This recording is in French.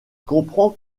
comprend